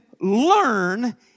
learn